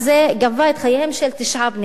גבה את חייהם של תשעה בני-אדם,